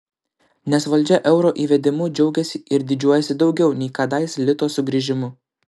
nes valdžia euro įvedimu džiaugiasi ir didžiuojasi daugiau nei kadais lito sugrįžimu